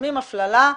מקדמים הפללה.